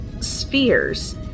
spheres